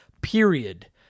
period